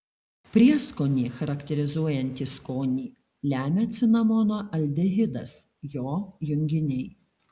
prieskonį charakterizuojantį skonį lemia cinamono aldehidas jo junginiai